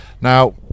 Now